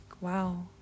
wow